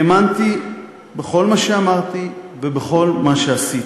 האמנתי בכל מה שאמרתי ובכל מה שעשיתי.